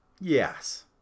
Yes